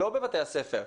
לא בבתי הספר,